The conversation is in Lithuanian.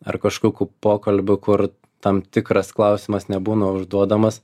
ar kažkokių pokalbių kur tam tikras klausimas nebūna užduodamas